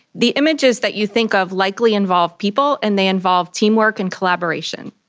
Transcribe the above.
the images that you think of likely involve people and they involve teamwork and collaboration.